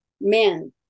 men